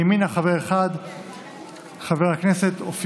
מוצע כי יושב-ראש הוועדה יהיה חבר הכנסת דוד